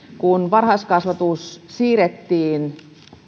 kun varhaiskasvatus siirrettiin